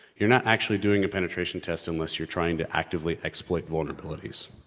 you're not actually doing a penetration test unless you're trying to actively exploit vulnerabilities.